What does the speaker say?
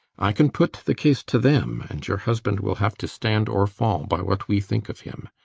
i can put the case to them and your husband will have to stand or fall by what we think of him.